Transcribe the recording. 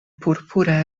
purpura